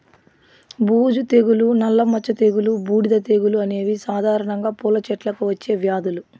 బూజు తెగులు, నల్ల మచ్చ తెగులు, బూడిద తెగులు అనేవి సాధారణంగా పూల చెట్లకు వచ్చే వ్యాధులు